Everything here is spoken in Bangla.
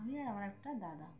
আমি আর আমার একটা দাদা